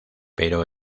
pero